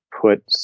put